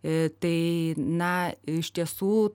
tai na iš tiesų